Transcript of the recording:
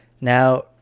Now